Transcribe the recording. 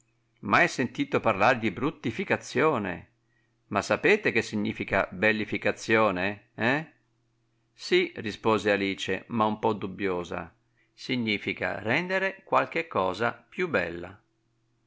mai sentito parlare di bruttificazione ma sapete che significa bellificazione eh sì rispose alice ma un pò dubbiosa significa rendere qualche cosa più bella